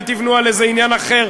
אל תבנו על איזה עניין אחר,